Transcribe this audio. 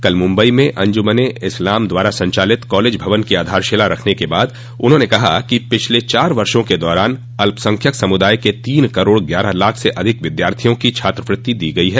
कल मुम्बई में अंजुमन ए इस्लाम द्वारा संचालित कॉलेज भवन की आधारशिला रखने के बाद उन्होंने कहा कि पिछले चार वर्ष के दौरान अल्पसंख्यक समुदाय के तीन करोड़ ग्यारह लाख से अधिक विद्यार्थियों को छात्रवृत्ति दी गयी है